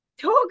Talk